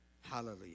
Hallelujah